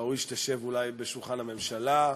ראוי שתשב אולי בשולחן הממשלה.